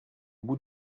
bout